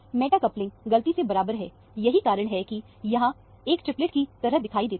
Meta coupling गलती से बराबर हैं यही कारण है कि यहाँ एक ट्रिपलेट की तरह दिखता है